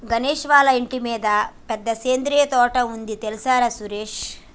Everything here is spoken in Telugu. గణేష్ వాళ్ళ ఇంటి మిద్దె మీద సేంద్రియ తోట ఉంది తెల్సార సురేష్